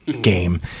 game